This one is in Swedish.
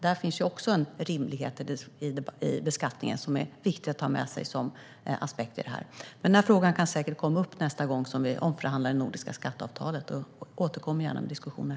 Det är en aspekt på rimlighet i beskattningen som är viktig att ta med här. Den här frågan kan säkert komma upp nästa gång vi omförhandlar det nordiska skatteavtalet. Då återkommer jag gärna till diskussionen.